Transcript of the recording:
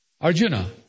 Arjuna